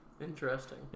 interesting